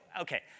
okay